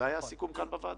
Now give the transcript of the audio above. זה היה הסיכום כאן בוועדה.